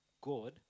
God